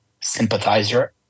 sympathizer